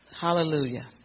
Hallelujah